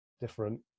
different